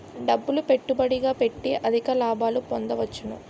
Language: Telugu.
డబ్బులు పెట్టుబడిగా పెట్టి అధిక లాభాలు పొందవచ్చును